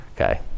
Okay